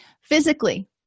Physically